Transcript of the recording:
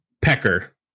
pecker